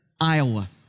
Iowa